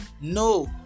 No